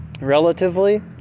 relatively